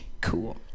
cool